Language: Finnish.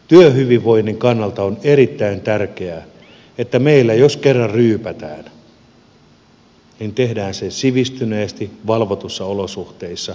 työhyvinvoinnin kannalta on erittäin tärkeää että jos meillä kerran ryypätään niin tehdään se sivistyneesti valvotuissa olosuhteissa